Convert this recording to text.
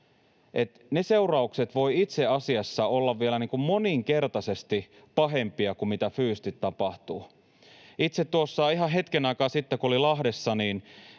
Ne seuraukset voivat itse asiassa olla vielä moninkertaisesti pahempia kuin se, mitä fyysisesti tapahtuu. Tuossa ihan hetken aikaa sitten, kun olin Lahdessa,